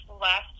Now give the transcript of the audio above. last